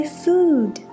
food